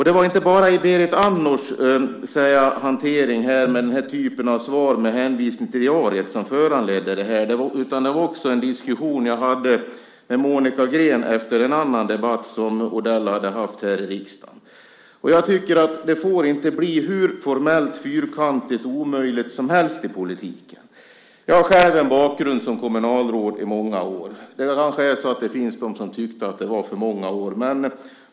Det var inte bara hanteringen av svaret till Berit Andnor och hänvisningen till diariet som föranledde det här utan också en diskussion som jag hade med Monica Green efter en annan debatt som Odell hade haft här i riksdagen. Jag tycker att det inte får bli hur formellt, hur fyrkantigt och omöjligt som helst i politiken. Jag har själv en bakgrund som kommunalråd under många år. Det kanske finns de som tyckte att det var för många år.